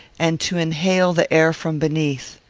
and to inhale the air from beneath.